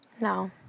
No